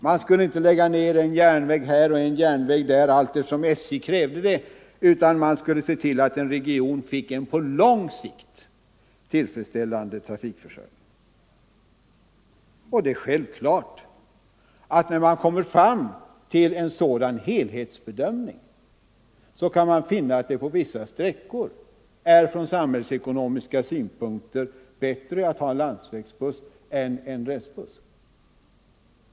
Man skulle inte lägga ned en järnväg här och en där, allteftersom SJ krävde det, utan man skulle se till att en region fick en på lång sikt tillfredsställande trafikförsörjning. Det är självklart att man vid en sådan helhetsbedömning kan finna att det på vissa sträckor är bättre att ha en landsvägsbuss än att ha en rälsbuss.